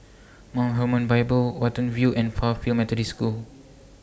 Mount Hermon Bible Watten View and Fairfield Methodist School